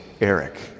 Eric